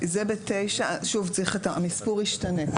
המספור ישתנה.